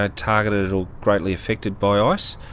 ah targeted or greatly affected by ah ice.